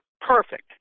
perfect